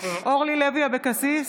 אורלי לוי אבקסיס,